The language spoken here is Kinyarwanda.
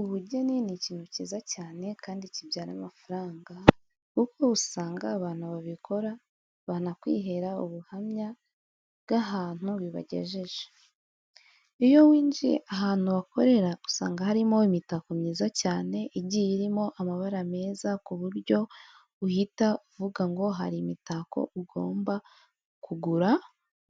Ubugeni ni ikintu cyiza cyane kandi kibyara amafaranga kuko usanga abantu babikora banakwihera ubuhamya bw'ahantu bibagejeje. Iyo winjiye ahantu bakorera usanga harimo imitako myiza cyane igiye irimo amabara meza ku buryo uhita uvuga ngo hari imitako ugomba kugura